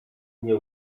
nie